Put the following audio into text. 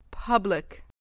Public